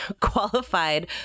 qualified